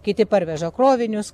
kiti parveža krovinius